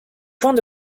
points